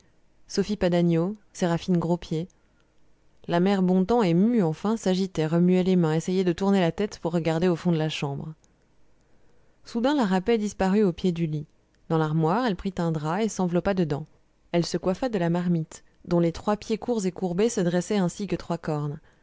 sophie padagnau séraphine grospied la mère bontemps émue enfin s'agitait remuait les mains essayait de tourner la tête pour regarder au fond de la chambre soudain la rapet disparut au pied du lit dans l'armoire elle prit un drap et s'enveloppa dedans elle se coiffa de la marmite dont les trois pieds courts et courbés se dressaient ainsi que trois cornes